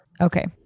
Okay